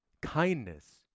Kindness